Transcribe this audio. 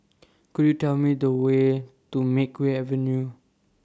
Could YOU Tell Me The Way to Makeway Avenue